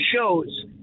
shows